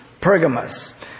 Pergamos